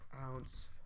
ounce